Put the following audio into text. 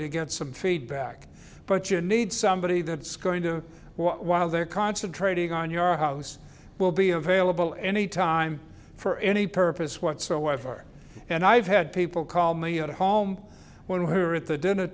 to get some feedback but you need somebody that's going to while they're concentrating on your house will be available any time for any purpose whatsoever and i've had people call me at home when her at the dinner